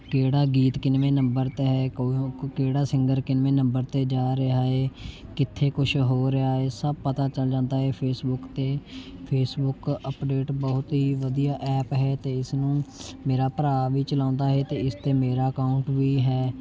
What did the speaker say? ਕਿਹੜਾ ਗੀਤ ਕਿੰਨਵੇਂ ਨੰਬਰ 'ਤੇ ਹੈ ਕੋ ਕ ਕਿਹੜਾ ਸਿੰਗਰ ਕਿੰਨਵੇਂ ਨੰਬਰ 'ਤੇ ਜਾ ਰਿਹਾ ਹੈ ਕਿੱਥੇ ਕੁਛ ਹੋ ਰਿਹਾ ਹੈ ਸਭ ਪਤਾ ਚੱਲ ਜਾਂਦਾ ਹੈ ਫੇਸਬੁੱਕ 'ਤੇ ਫੇਸਬੁੱਕ ਅੱਪਡੇਟ ਬਹੁਤ ਹੀ ਵਧੀਆ ਐਪ ਹੈ ਅਤੇ ਇਸ ਨੂੰ ਮੇਰਾ ਭਰਾ ਵੀ ਚਲਾਉਂਦਾ ਹੈ ਅਤੇ ਇਸ 'ਤੇ ਮੇਰਾ ਅਕਾਊਂਟ ਵੀ ਹੈ